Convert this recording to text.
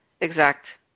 exact